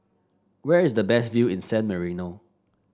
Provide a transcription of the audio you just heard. where is the best view in San Marino